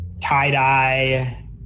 tie-dye